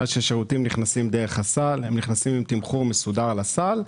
ואז הם נכנסים עם תמחור מסוים לסל,